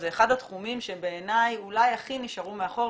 זה אחד התחומים שבעיניי אולי הכי נשארו מאחור,